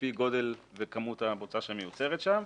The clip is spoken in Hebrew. לפי גודל וכמות הבוצה שמיוצרת שם,